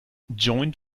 joint